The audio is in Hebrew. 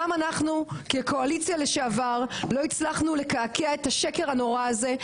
גם אנחנו כקואליציה לשעבר לא הצלחנו לקעקע את השקר הנורא הזה.